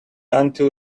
until